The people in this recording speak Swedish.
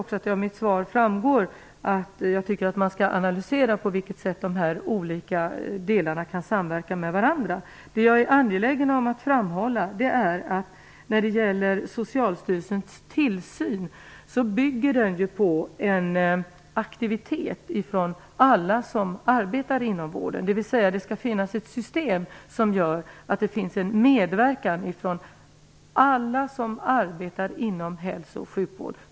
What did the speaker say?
Det framgår av mitt svar att jag tycker att man skall analysera på vilket sätt de olika delarna kan samverka med varandra. Det jag är angelägen om att framhålla är att Socialstyrelsens tillsyn bygger på en aktivitet från alla som arbetar inom vården. Det skall alltså finnas ett system som innebär en medverkan från alla som arbetar inom hälso och sjukvård.